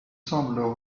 semblent